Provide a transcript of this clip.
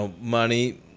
money